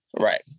Right